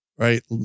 Right